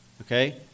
Okay